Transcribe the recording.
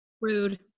Rude